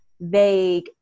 vague